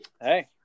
Hey